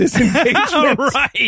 Right